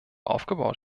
aufgebaut